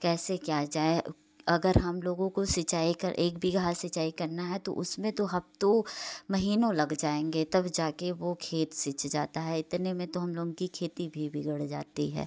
कैसे क्या जाए अगर हम लोगों को सिंचाई का एक बीघा सिंचाई करना है तो उसमें तो हफ्तों महीनों लग जाएंगे तब जा कर वो खेत सींच जाता है इतने में तो हम लोगों की खेती भी बिगड़ जाती है